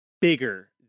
bigger